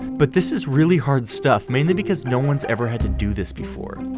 but this is really hard stuff, mainly because no one's ever had to do this before.